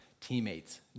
teammates